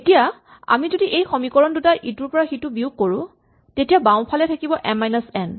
এতিয়া আমি যদি এই সমীকৰণ দুটা ইটোৰ পৰা সিটো বিয়োগ কৰো তেতিয়া বাওঁহাতে থাকিব এম মাইনাচ এন